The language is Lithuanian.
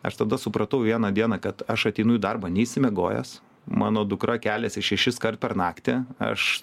aš tada supratau vieną dieną kad aš ateinu į darbą neišsimiegojęs mano dukra keliasi šešiskart per naktį aš